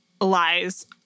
lies